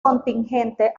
contingente